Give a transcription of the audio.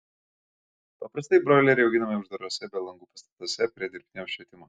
paprastai broileriai auginami uždaruose be langų pastatuose prie dirbtinio apšvietimo